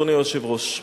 אדוני היושב-ראש,